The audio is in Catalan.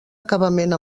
acabament